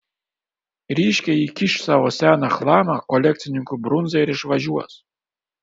ryškiai įkiš savo seną chlamą kolekcininkui brunzai ir išvažiuos